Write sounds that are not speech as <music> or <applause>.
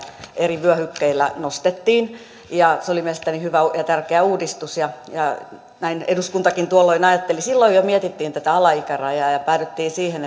eri vyöhykkeillä nostettiin se oli mielestäni hyvä ja tärkeä uudistus ja ja näin eduskuntakin tuolloin ajatteli silloin jo mietittiin tätä alaikärajaa ja päädyttiin siihen <unintelligible>